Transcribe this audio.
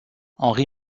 henri